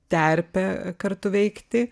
terpė kartu veikti